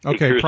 Okay